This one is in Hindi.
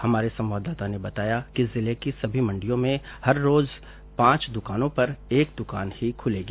हमारे संवाददाता ने बताया कि जिले की सभी मंडियों में हर रोज पांच दुकानों पर एक दुकान ही खुलेगी